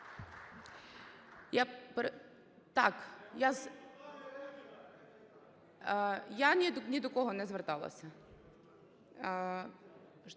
Я ні до кого не зверталася.